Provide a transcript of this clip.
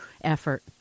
effort